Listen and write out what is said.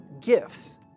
gifts